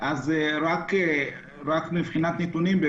מבחינת נתונים,